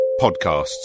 podcasts